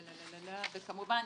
כמובן,